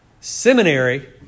seminary